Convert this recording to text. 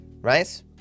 right